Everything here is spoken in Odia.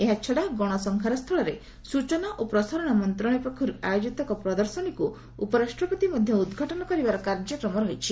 ଏହାଛଡ଼ା ଗଣସଂହାରସ୍ଥଳରେ ସୂଚନା ଓ ପ୍ରସାରଣ ମନ୍ତ୍ରଶାଳୟ ପକ୍ଷରୁ ଆୟୋଜିତ ଏକ ପ୍ରଦର୍ଶନୀକୁ ଉପରାଷ୍ଟ୍ରପତି ମଧ୍ୟ ଉଦ୍ଘାଟନ କରିବାର କାର୍ଯ୍ୟକ୍ରମ ରହିଛି